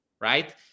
right